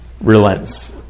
relents